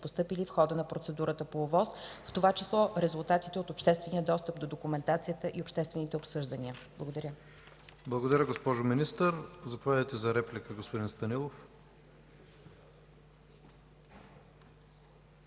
постъпили в хода на процедурата по ОВОС, в това число резултатите от обществения достъп до документацията и обществените обсъждания. ПРЕДСЕДАТЕЛ ИВАН К. ИВАНОВ: Благодаря, госпожо Министър. Заповядайте за реплика, господин Станилов.